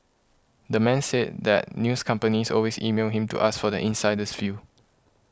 the man says that news companies always email him to ask for the insider's view